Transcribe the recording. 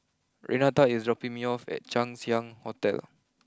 Renata is dropping me off at Chang Ziang Hotel